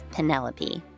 Penelope